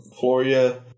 Floria